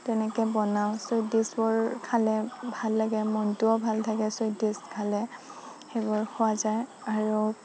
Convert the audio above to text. তেনেকে বনাও ছুইট ডিছবোৰ খালে ভাল লাগে মনটোও ভাল লাগে ছুইট ডিছ খালে সেইবোৰ খোৱা যায় আৰু